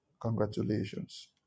Congratulations